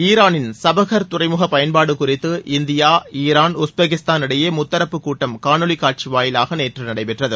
ஈரானின் சபஹர் துறைமுக பயன்பாடு குறித்து இந்தியாசுரான் உஸ்பெகிஸ்தான் இடையே முத்தரப்பு கூட்டம் காணொலிக் காட்சி வாயிலாக நேற்று நடைபெற்றது